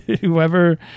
Whoever